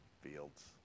fields